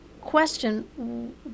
question